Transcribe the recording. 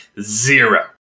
zero